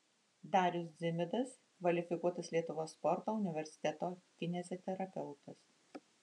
darius dzimidas kvalifikuotas lietuvos sporto universiteto kineziterapeutas